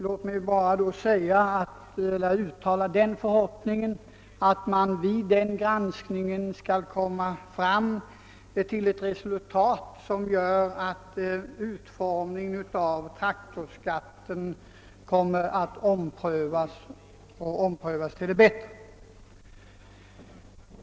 Låt mig då uttala förhoppningen att man vid den granskningen kommer till ett resultat som gör att utformningen av traktorskatten omprövas och omprövas till det bättre.